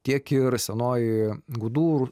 tiek ir senoji gudų ir